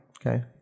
Okay